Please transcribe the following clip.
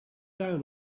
down